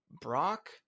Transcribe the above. Brock